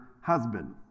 husband